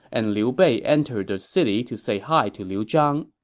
and liu bei entered the city to say hi to liu zhang.